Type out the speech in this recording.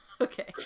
okay